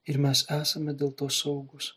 ir mes esame dėl to saugūs